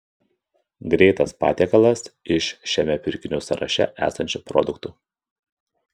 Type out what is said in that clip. greitas patiekalas iš šiame pirkinių sąraše esančių produktų